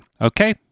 Okay